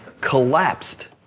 collapsed